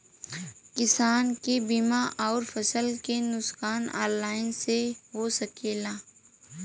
किसान के बीमा अउर फसल के नुकसान ऑनलाइन से हो सकेला?